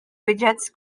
widgets